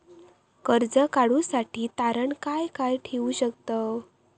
कर्ज काढूसाठी तारण काय काय ठेवू शकतव?